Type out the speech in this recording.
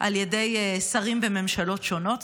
על ידי שרים בממשלות שונות,